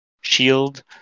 shield